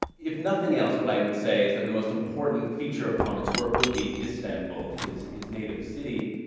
if nothing else, what i would say is that the most important feature of pamuk's work would be istanbul, his his native city.